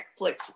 Netflix